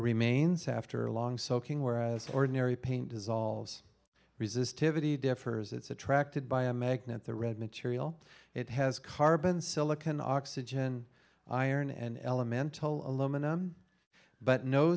remains after a long soaking whereas ordinary paint dissolves resistivity differs it's attracted by a magnet the red material it has carbon silicon oxygen iron and elemental aluminum but no